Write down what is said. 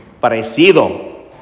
parecido